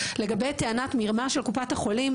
לגבי טענת מרמה של קופת החולים,